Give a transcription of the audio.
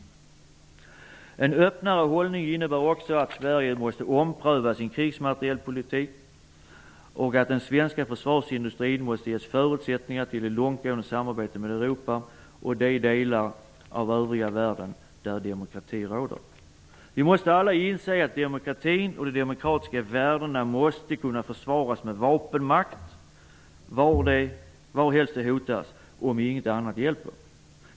En öppnare hållning innebär också att Sverige måste ompröva sin krigsmaterielpolitik och att den svenska försvarsindustrin måste ges förutsättningar till ett långtgående samarbete med Europa och de delar av övriga världen där demokrati råder. Vi måste alla inse att demokratin och de demokratiska värdena måste kunna försvaras med vapenmakt varhelst de hotas, om inget annat hjälper.